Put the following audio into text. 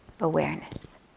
awareness